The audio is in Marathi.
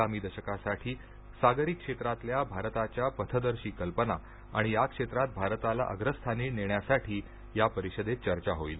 आगामी दशकासाठी सागरी क्षेत्रातल्या भारताच्या पथदर्शी कल्पना आणि या क्षेत्रात भारताला अग्रस्थानी नेण्यासाठी या परिषदेत चर्चा होईल